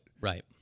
Right